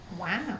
Wow